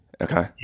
Okay